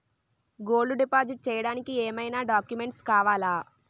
Gold deposit చేయడానికి ఏమైనా documents కావాలా?